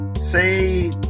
say